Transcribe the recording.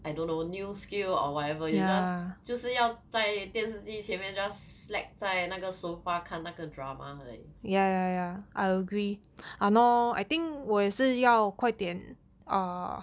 I don't know new skill or whatever you just 就是要在电视机前面 just slack 在那个 sofa 看那个 drama like